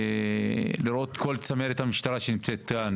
ולראות את צמרת המשטרה שנמצאת כאן,